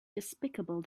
despicable